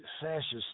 fascist